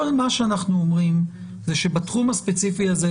כל מה שאנחנו אומרים זה שבתחום הספציפי הזה,